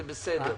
זה בסדר,